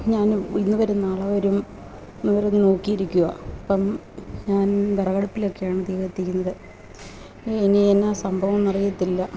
ഞാനും ഇന്ന് വരും നാളെ വരും എന്ന് പറഞ്ഞ് നോക്കിയിരിക്കുകയാണ് അപ്പം ഞാൻ വിറക് അടുപ്പിലാക്കെയാണ് തീ കത്തിക്കുന്നത് ഇനി എന്നാണ് സംഭവം എന്നറിയത്തില്ല